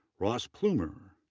ross plumer,